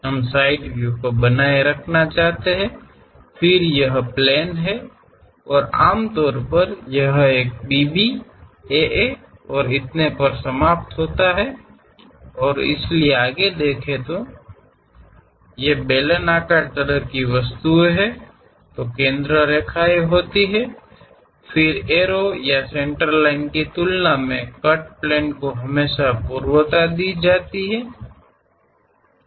ನಾವು ಆ ನೋಟವನ್ನು ಉಳಿಸಿಕೊಳ್ಳಲು ಬಯಸುತ್ತೇವೆ ನಂತರ ಇದು ಸಮತಲವು ಸಾಮಾನ್ಯವಾಗಿ ಬಿ ಬಿ ಎ ಎ ಮತ್ತು ಮುಂತಾದವುಗಳೊಂದಿಗೆ ಕೊನೆಗೊಳ್ಳುತ್ತದೆ ಮತ್ತು ಇವು ಸಿಲಿಂಡರ್ ಆಕಾರದ ರೀತಿಯ ವಸ್ತುಗಳಾಗಿದ್ದರೆ ಕೇಂದ್ರ ರೇಖೆಗಳು ಇರುತ್ತವೆ ಕತ್ತರಿಸಿದ ಸಮತಲ ರೇಖೆಯು ಯಾವಾಗಲೂ ಅಕ್ಷ ಅಥವಾ ಮಧ್ಯದ ರೇಖೆಗೆ ಹೋಲಿಸಿದರೆ ಆದ್ಯತೆಯನ್ನು ಹೊಂದಿರುತ್ತದೆ